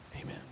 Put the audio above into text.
Amen